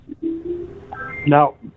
no